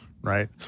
Right